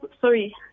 Sorry